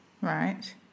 Right